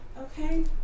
okay